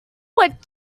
what